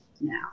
now